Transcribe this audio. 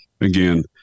again